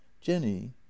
jenny